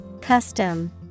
Custom